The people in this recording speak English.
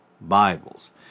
Bibles